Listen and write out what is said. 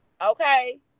Okay